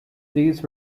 these